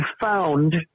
found